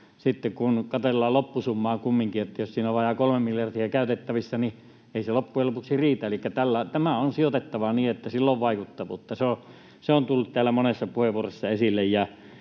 Sitten kun katsellaan loppusummaa, niin jos siinä on vajaa 3 miljardia käytettävissä, niin ei se kumminkaan loppujen lopuksi riitä, elikkä tämä on sijoitettava niin, että sillä on vaikuttavuutta. Se on tullut täällä monessa puheenvuorossa esille,